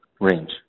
range